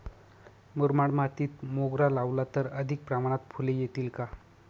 मुरमाड मातीत मोगरा लावला तर अधिक प्रमाणात फूले येतील का?